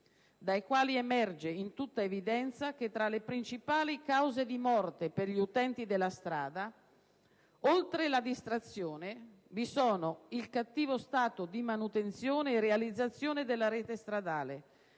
dai quali emerge in tutta evidenza che tra le principali cause di morte per gli utenti della strada, oltre alla distrazione, vi sono il cattivo stato di manutenzione e realizzazione della rete stradale